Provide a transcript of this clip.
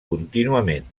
contínuament